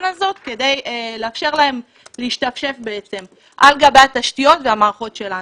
הזאת כדי לאפשר להם להשתמש בעצם על גבי התשתיות והמערכות שלנו.